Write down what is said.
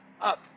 up